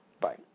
Bye